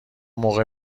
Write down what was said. موقع